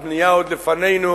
הבנייה עוד לפנינו.